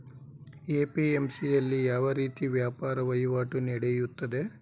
APMC ಯಲ್ಲಿ ಯಾವ ರೀತಿ ವ್ಯಾಪಾರ ವಹಿವಾಟು ನೆಡೆಯುತ್ತದೆ?